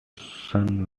son